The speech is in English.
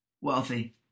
wealthy